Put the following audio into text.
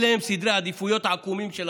אלה סדרי העדיפויות העקומים שלכם,